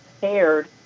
paired